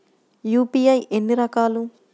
UPI ఎన్ని రకాలు?